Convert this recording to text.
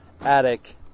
attic